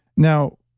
now,